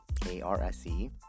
K-R-S-E